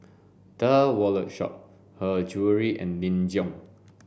The Wallet Shop Her Jewellery and Nin Jiom